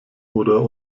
oder